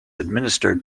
administered